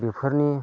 बेफोरनि